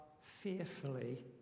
fearfully